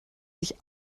sich